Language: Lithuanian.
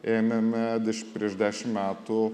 ėmėme iš prieš dešim metų